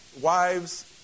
wives